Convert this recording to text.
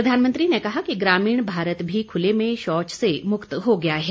प्रधानमंत्री ने कहा कि ग्रामीण भारत भी खुले में शौच से मुक्त हो गया है